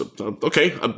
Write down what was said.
okay